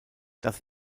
das